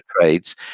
trades